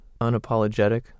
unapologetic